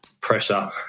pressure